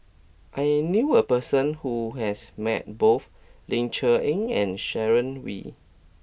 I knew a person who has met both Ling Cher Eng and Sharon Wee